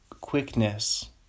quickness